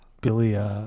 Billy